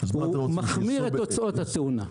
הוא מחמיר את תוצאות התאונה.